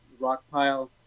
Rockpile